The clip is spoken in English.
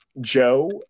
Joe